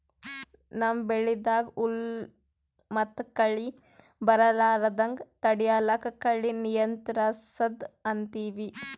ನಮ್ಮ್ ಬೆಳಿದಾಗ್ ಹುಲ್ಲ್ ಮತ್ತ್ ಕಳಿ ಬರಲಾರದಂಗ್ ತಡಯದಕ್ಕ್ ಕಳಿ ನಿಯಂತ್ರಸದ್ ಅಂತೀವಿ